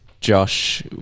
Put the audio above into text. Josh